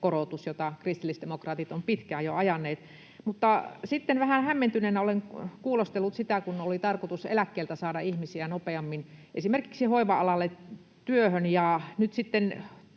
korotus, jota kristillisdemokraatit ovat pitkään jo ajaneet. Mutta sitten vähän hämmentyneenä olen kuulostellut sitä, kun oli tarkoitus eläkkeeltä saada ihmisiä nopeammin esimerkiksi hoiva-alle työhön,